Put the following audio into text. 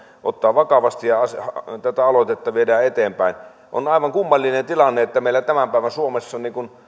ottaa vakavasti ja tätä aloitetta viedä eteenpäin on aivan kummallinen tilanne että meillä tämän päivän suomessa